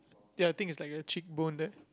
the other thing is like a cheekbone that